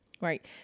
Right